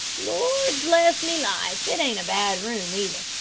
lord, bless me life, it ain't a bad room, either.